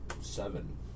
seven